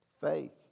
faith